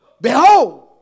behold